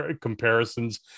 comparisons